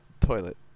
toilet